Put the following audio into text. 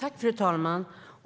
Fru talman!